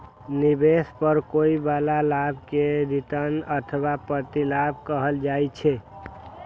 निवेश पर होइ बला लाभ कें रिटर्न अथवा प्रतिलाभ कहल जाइ छै